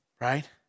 right